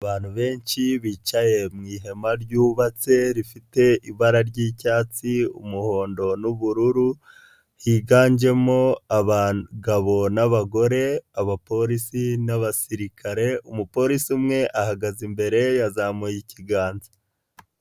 Abantu benshi bicaye mu ihema ryubatse rifite ibara ry'icyatsi, umuhondo n'ubururu, higanjemo abagabo n'abagore, Abapolisi n'Abasirikare, Umupolisi umwe ahagaze imbere yazamuye ikiganza.